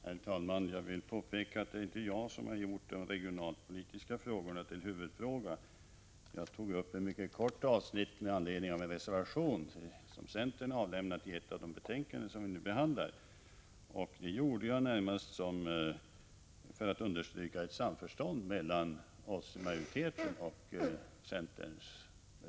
Herr talman! Jag vill påpeka att det inte var jag som gjorde de regionalpolitiska frågorna till huvudfråga. Jag tog upp ett mycket kort avsnitt med anledning av en reservation, som centern har avgivit till ett av de betänkanden som vi nu behandlar. Jag gjorde det närmast för att understryka ett samförstånd mellan oss i majoriteten och centern.